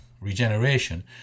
regeneration